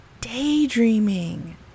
daydreaming